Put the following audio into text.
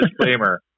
disclaimer